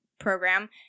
program